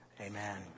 Amen